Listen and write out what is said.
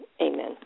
Amen